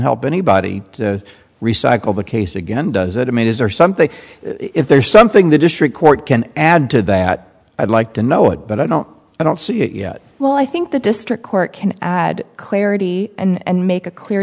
help anybody recycle the case again does that i mean is there something if there's something the district court can add to that i'd like to know it but i don't i don't see it yet well i think the district court can add clarity and make a clear